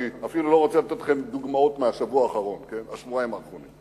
אני אפילו לא רוצה לתת לכם דוגמאות מהשבועיים האחרונים.